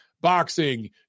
boxing